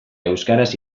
euskaraz